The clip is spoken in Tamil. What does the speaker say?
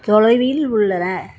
தொலைவில் உள்ளன